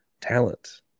talent